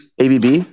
ABB